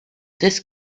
this